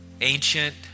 ancient